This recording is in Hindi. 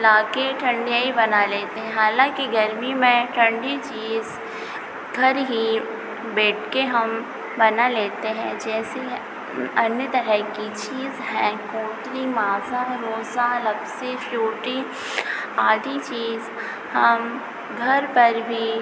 लाकर ठंढाई बना लेते हैं हालाँकि गर्मी में ठंढी चीज़ घर ही बेठकर हम बना लेते हैं जैसे अन्य तरह की चीज़ हैं कोल ड्रिंक माज़ा रूह अफ़ज़ा लस्सी फ़्रूटी आदि चीज़ हम घर पर भी